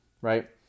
right